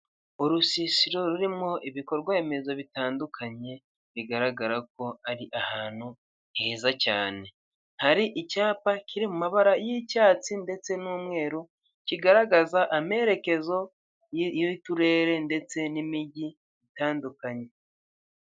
Urusisiro rurimo ibikorwaremezo bitandukanye bigaragara ko ari ahantu heza cyane, hari icyapa kiri mu mabara y'icyatsi ndetse n'umweru kigaragaza amerekezo ye, y'uturere ndetse n'imijyi itandukanye.